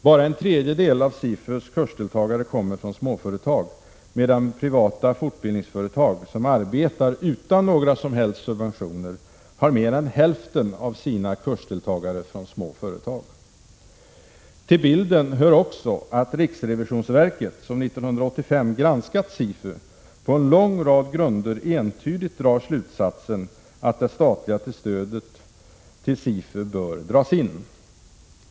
Bara en tredjedel av SIFU:s kursdeltagare kommer från småföretag, medan privata fortbildningsföretag, som arbetar utan några som helst subventioner, har mer än hälften av sina kursdeltagare från små företag. Till bilden hör också att riksrevisionsverket, som 1985 granskade SIFU, på en lång rad grunder entydigt drog slutsatsen att det statliga stödet till SIFU borde dras in.